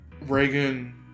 Reagan